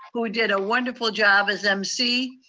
who did a wonderful job as mc.